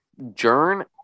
Jern